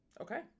Okay